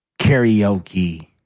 karaoke